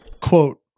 Quote